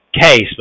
case